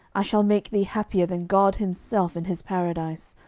i shall make thee happier than god himself in his paradise.